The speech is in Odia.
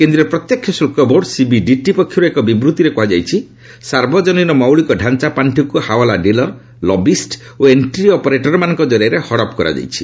କେନ୍ଦ୍ରୀୟ ପ୍ରତ୍ୟକ୍ଷ ଶୁଳ୍କବୋର୍ଡ ସିବିଡିଟି ପକ୍ଷରୁ ଏକ ବିବୃଭିରେ କୁହାଯାଇଛି ସାର୍ବଜନୀନ ମୌଳିକ ଡାଞ୍ଚା ପାର୍ଷିକୁ ହାଓଲା ଡିଲର ଲବିଷ୍ଟ ଓ ଏଣ୍ଟ୍ରି ଅପରେଟରମାନଙ୍କ ଜରିଆରେ ହଡପ୍ କରାଯାଇଛି